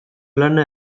lana